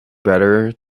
better